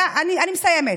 אני מסיימת.